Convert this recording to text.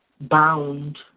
bound